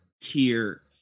tier